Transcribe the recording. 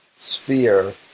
sphere